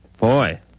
Boy